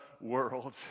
world